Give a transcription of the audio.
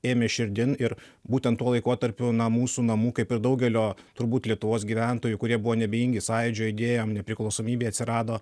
ėmė širdin ir būtent tuo laikotarpiu na mūsų namų kaip ir daugelio turbūt lietuvos gyventojų kurie buvo neabejingi sąjūdžio idėjom nepriklausomybei atsirado